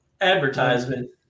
advertisement